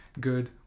good